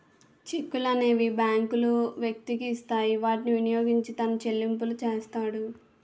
చెక్కులనేవి బ్యాంకులు వ్యక్తికి ఇస్తాయి వాటిని వినియోగించి తన చెల్లింపులు చేస్తాడు